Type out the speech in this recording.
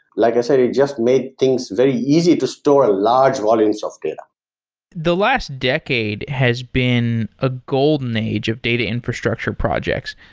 like i said, he just made things very easy to store a large volume so of data the last decade has been a golden age of data infrastructure projects.